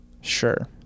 Sure